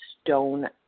stone